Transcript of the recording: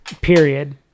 Period